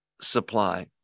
supply